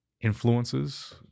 influences